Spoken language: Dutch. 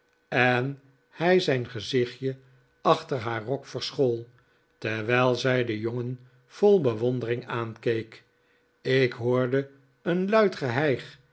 en hij zijn gezichtje achter haar rok verschool terwijl zij den jongen vol bewondering aankeek ik hoorde een luid